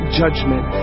judgment